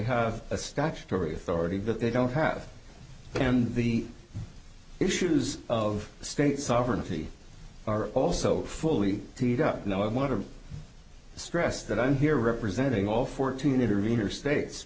have a statutory authority that they don't have the issues of state sovereignty are also fully teed up and i want to stress that i'm here representing all fourteen intervenor states